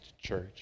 church